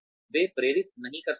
वे प्रेरित नहीं कर सकते हैं